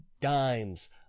dimes